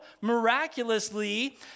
miraculously